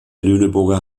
lüneburger